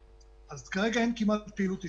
אז כרגע אין כמעט פעילות עסקית.